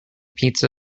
pizza